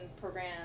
program